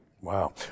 Wow